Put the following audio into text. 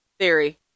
Theory